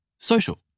Social